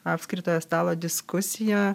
apskritojo stalo diskusiją